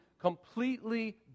completely